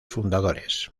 fundadores